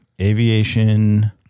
Aviation